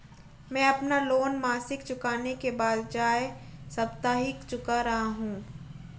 मैं अपना लोन मासिक चुकाने के बजाए साप्ताहिक चुका रहा हूँ